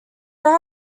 they